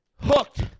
hooked